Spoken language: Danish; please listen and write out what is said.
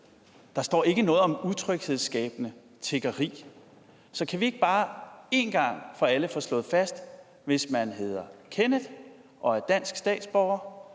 Der står ikke noget om utryghedsskabende tiggeri. Så kan vi ikke bare en gang for alle få slået fast, at hvis man hedder Kenneth og er dansk statsborger